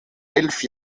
elf